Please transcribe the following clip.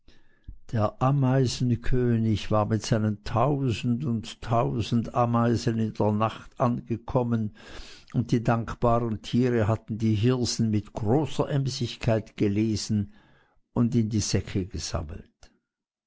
der ameisenkönig war mit seinen tausend und tausend ameisen in der nacht angekommen und die dankbaren tiere hatten den hirsen mit großer emsigkeit gelesen und in die säcke gesammelt